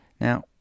Now